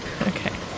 Okay